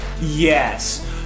Yes